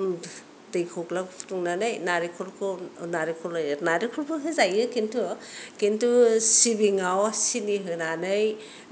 दैखौ ग्लाब ग्लाब फुदुंनानै नालेंखरखौ नालेंखरलायनो नालेंखरबो होजायो खिन्तु खिन्तु सिबिंआव सिनि होनानै